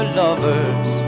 lovers